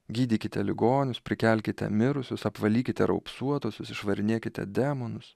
gydykite ligonius prikelkite mirusius apvalykite raupsuotuosius išvarinėkite demonus